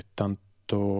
tanto